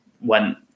went